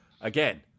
again